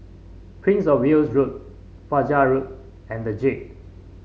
Prince Of Wales Road Fajar Road and the Jade